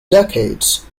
decades